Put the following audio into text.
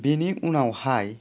बेनि उनावहाय